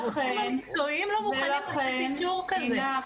הרופאים המקצועיים לא מוכנים לתת אישור כזה.